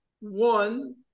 One